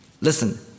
Listen